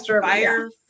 fire